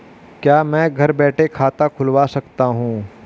क्या मैं घर बैठे खाता खुलवा सकता हूँ?